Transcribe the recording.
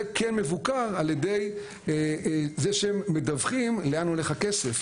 זה כן מבוקר על ידי זה שהם מדווחים לאן הולך הכסף.